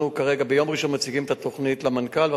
ביום ראשון אנחנו מציגים את התוכנית למנכ"ל,